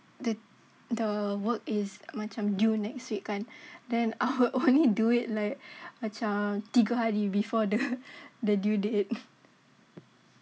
the the work is macam due next week kan then I would only do it like macam tiga hari before the the due date